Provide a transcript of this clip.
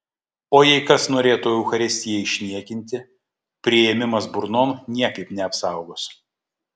o jei kas norėtų eucharistiją išniekinti priėmimas burnon niekaip neapsaugos